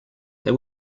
they